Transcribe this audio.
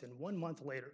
than one month later